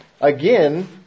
again